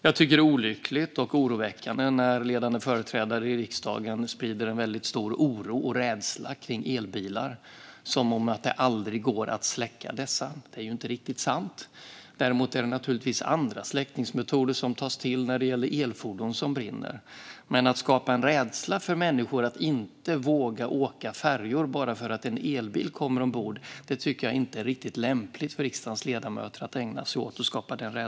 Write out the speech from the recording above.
Jag tycker att det är olyckligt och oroväckande att ledande företrädare i riksdagen sprider en väldigt stor oro och rädsla för elbilar, som om det aldrig går att släcka dessa. Det är ju inte riktigt sant. Däremot är det naturligtvis andra släckningsmetoder som tas till när det gäller elfordon som brinner. Att skapa rädsla hos människor så att de inte vågar åka med färjor bara för att en elbil kommer ombord tycker jag inte är riktigt lämpligt för riksdagens ledamöter att ägna sig åt.